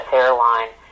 airline